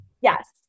Yes